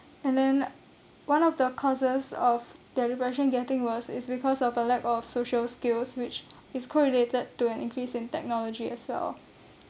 and then one of the causes of their depression getting worse is because of a lack of social skills which is correlated to an increase in technology as well